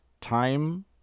time